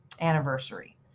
anniversary